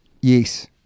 Yes